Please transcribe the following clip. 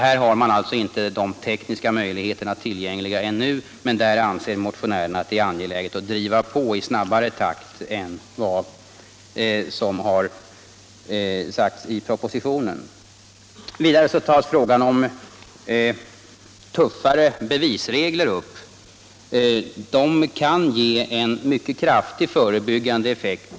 Där har man ännu inte de tekniska möjligheterna tillgängliga, men motionärerna anser det vara angeläget att driva på i snabbare takt än vad som sägs i propositionen. Vidare tar man upp frågan om tuffare bevisregler. De kan ge en mycket kraftigt förebyggande effekt.